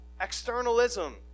externalism